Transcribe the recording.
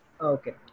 Okay